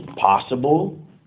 possible